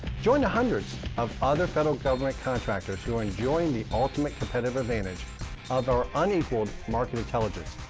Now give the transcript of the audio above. join the hundreds of other federal government contractors who are enjoying the ultimate competitive advantage of our unequaled market intelligence.